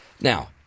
Now